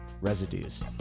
Residues